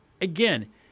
Again